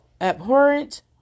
abhorrent